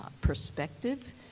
perspective